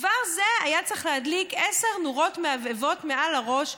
כבר זה היה צריך להדליק עשר נורות מהבהבות מעל הראש,